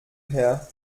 her